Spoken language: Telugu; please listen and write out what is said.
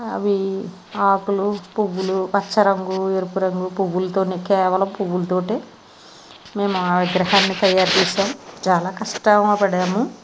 అవి ఆకులు పువ్వులు పచ్చ రంగు ఎరుపు రంగు పువ్వులతో కేవలం పువ్వులతో మేము ఆ విగ్రహాన్ని తయారు చేశాను చాలా కష్టంగా పడాము